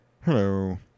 Hello